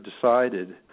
decided